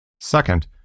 Second